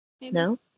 No